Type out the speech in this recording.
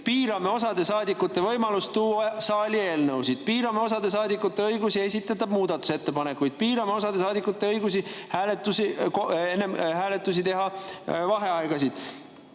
piirame osa saadikute võimalust tuua saali eelnõusid, piirame osa saadikute õigusi esitada muudatusettepanekuid, piirame osa saadikute õigusi võtta enne hääletusi vaheaegasid.